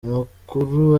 amakuru